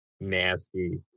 nasty